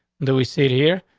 do we stay here?